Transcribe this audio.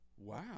Wow